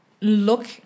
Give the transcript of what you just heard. look